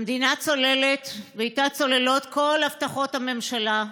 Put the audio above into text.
המדינה צוללת ואיתה צוללות כל הבטחות הממשלה.